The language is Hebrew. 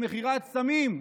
למכירת סמים,